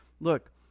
look